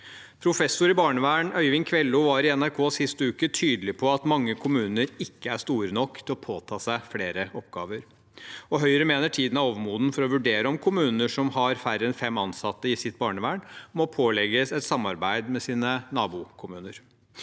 Professor i barnevern Øyvind Kvello var i NRK sist uke tydelig på at mange kommuner ikke er store nok til å påta seg flere oppgaver, og Høyre mener tiden er overmoden for å vurdere om kommuner som har færre enn fem ansatte i sitt barnevern, må pålegges et samarbeid med sine nabokommuner.